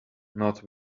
not